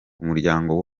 umuryango